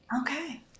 Okay